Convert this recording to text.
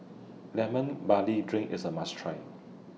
Lemon Barley Drink IS A must Try